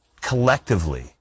collectively